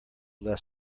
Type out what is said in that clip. left